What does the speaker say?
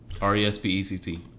R-E-S-P-E-C-T